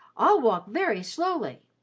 i'll walk very slowly.